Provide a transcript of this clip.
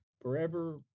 forever